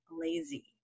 lazy